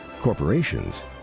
corporations